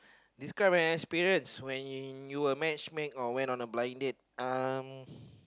describe any spirits when you were match made or when were on a blind date uh